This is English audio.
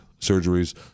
surgeries